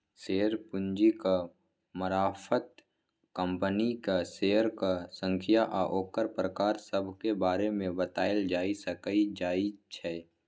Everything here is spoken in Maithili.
शेयर पूंजीक मारफत कंपनीक शेयरक संख्या आ ओकर प्रकार सभक बारे मे बताएल जाए सकइ जाइ छै